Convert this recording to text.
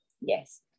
Yes